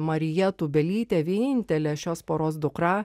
marija tūbelytė vienintelė šios poros dukra